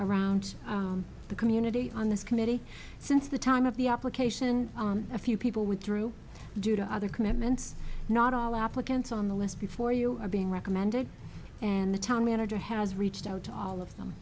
around the community on this committee since the time of the application a few people with through due to other commitments not all applicants on the list before you are being recommended and the town manager has reached out to all